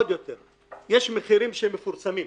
יש מחירים שמפורסמים,